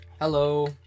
Hello